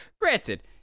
Granted